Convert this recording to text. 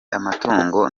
amatungo